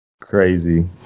Crazy